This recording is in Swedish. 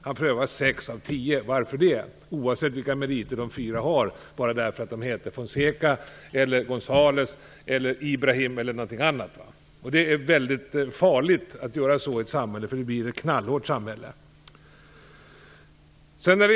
Han prövar sex av tio, oavsett vilka meriter de fyra övriga har, bara för att de heter Fonseca, Gonzales eller Ibrahim. Det är farligt att göra så i ett samhälle; det blir ett knallhårt samhälle.